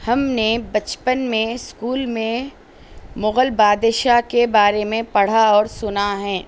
ہم نے بچپن میں اسکول میں مغل بادشاہ کے بارے میں پڑھا اور سنا ہے